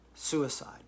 Suicide